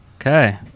Okay